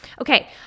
okay